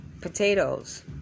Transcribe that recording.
potatoes